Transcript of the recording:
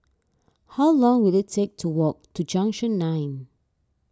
how long will it take to walk to Junction nine